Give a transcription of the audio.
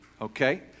Okay